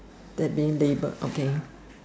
that they label okay